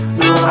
no